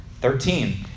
Thirteen